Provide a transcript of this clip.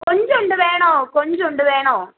കൊഞ്ച് ഉണ്ട് വേണോ കൊഞ്ച് ഉണ്ട് വേണോ